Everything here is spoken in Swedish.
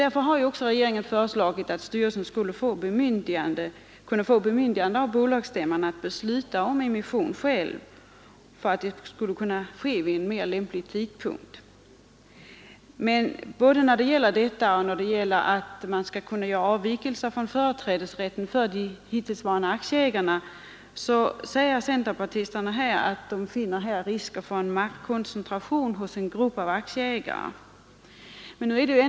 Därför har regeringen föreslagit att styrelsen skulle kunna få bemyndigande av bolagsstäm man att själv besluta om emission, så att den kunde ske vid mer lämplig tidpunkt. Både när det gäller detta och när det gäller avvikelser från företrädesrätten för de hittillsvarande aktieägarna finner centerpartiet risk för maktkoncentration hos en grupp av aktieägare.